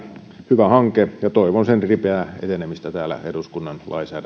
hyvä hanke ja toivon sen ripeää etenemistä täällä eduskunnan